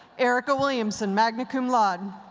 ericka williamson, magna cum laude.